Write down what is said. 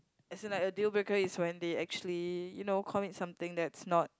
as in like a deal breaker is when they actually you know commit something that's not